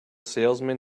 salesman